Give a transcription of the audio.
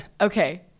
okay